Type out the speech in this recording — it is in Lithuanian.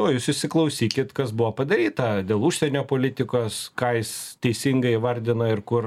o jūs įsiklausykit kas buvo padaryta dėl užsienio politikos ką jis teisingai įvardino ir kur